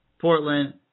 Portland